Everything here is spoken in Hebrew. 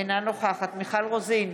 אינה נוכחת מיכל רוזין,